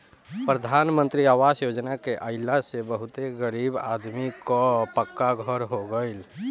प्रधान मंत्री आवास योजना के आइला से बहुते गरीब आदमी कअ पक्का घर हो गइल